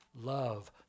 love